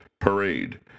Parade